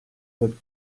look